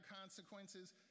consequences